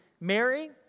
Mary